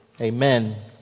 Amen